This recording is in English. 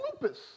lupus